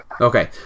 Okay